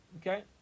Okay